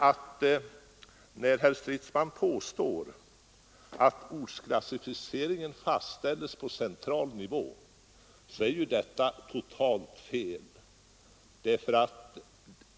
Men när herr Stridsman påstår att ortsklassificeringen fastställs på central nivå har han totalt fel.